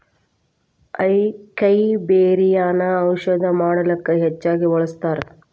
ಅಕೈಬೆರ್ರಿಯನ್ನಾ ಔಷಧ ಮಾಡಕ ಹೆಚ್ಚಾಗಿ ಬಳ್ಸತಾರ